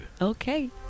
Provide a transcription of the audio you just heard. Okay